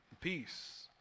peace